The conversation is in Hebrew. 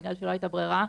בגלל שלא הייתה ברירה,